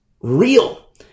real